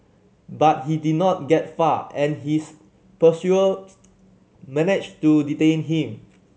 but he did not get far and his pursuers managed to detain him